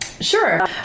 Sure